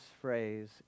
phrase